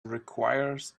requires